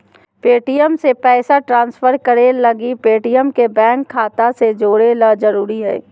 Paytm से पैसा transfer करे लगी पेटीएम के बैंक खाता से जोड़े ल जरूरी हय